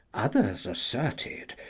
others asserted,